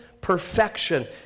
perfection